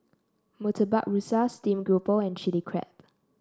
Murtabak Rusa Steamed Grouper and Chili Crab